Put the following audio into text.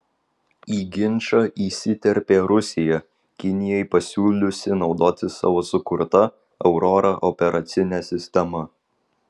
į ginčą įsiterpė rusija kinijai pasiūliusi naudotis savo sukurta aurora operacine sistema